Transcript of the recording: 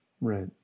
Right